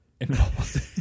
involved